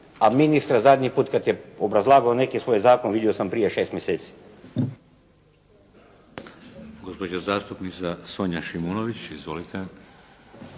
A ministar zadnji put kad je obrazlagao neki svoj zakon vidio sam prije šest mjeseci.